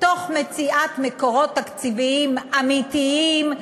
תוך מציאת מקורות תקציביים אמיתיים,